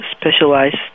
specialized